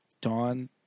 Dawn